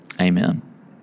Amen